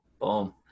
Boom